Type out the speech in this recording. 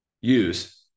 use